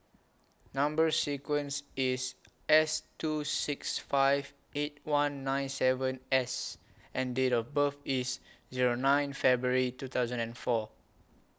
Number sequence IS S two six five eight one nine seven S and Date of birth IS Zero nine February two thousand and four